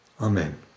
Amen